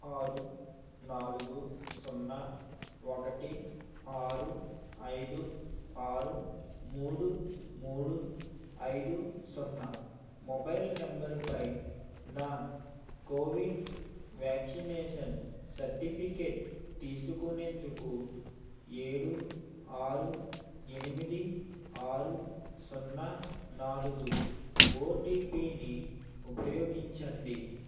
ఆరు నాలుగు సున్నా ఒకటి ఆరు ఐదు ఆరు మూడు మూడు ఐదు సున్నా మొబైల్ నంబరుపై నా కోవిడ్ వ్యాక్సినేషన్ సర్టిఫికేట్ తీసుకునేందుకు ఏడు ఆరు ఎనిమిది ఆరు సున్నా నాలుగు ఓటీపీని ఉపయోగించండి